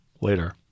later